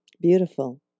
Beautiful